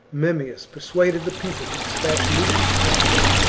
memmius persuaded the people to despatch lucius cassius,